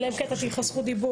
אלא אם כן נתתי לך זכות דיבור.